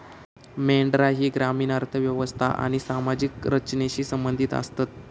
मेंढरा ही ग्रामीण अर्थ व्यवस्था आणि सामाजिक रचनेशी संबंधित आसतत